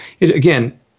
again